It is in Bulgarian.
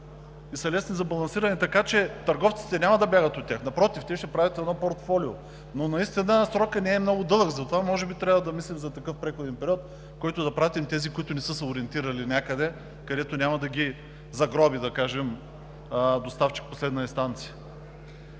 и са лесни за балансиране, така че търговците няма да бягат от тях. Напротив, те ще правят едно портфолио, но наистина срокът не е много дълъг. Затова може би трябва да мислим за такъв преходен период, в който да пратим тези, които не са се ориентирали, някъде, където няма да ги загроби, да кажем, Доставчик от последна инстанция.